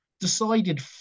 decided